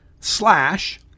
slash